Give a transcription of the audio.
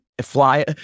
fly